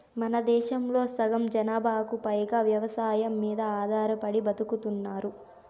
మనదేశంలో సగం జనాభాకు పైగా వ్యవసాయం మీద ఆధారపడి బతుకుతున్నారు